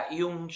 yung